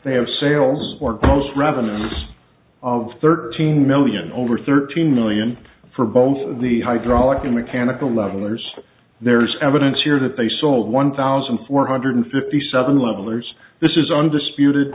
they have sales or gross revenues of thirteen million over thirteen million for both the hydraulic and mechanical levelers there's evidence here that they sold one thousand four hundred fifty seven levelers this is undisputed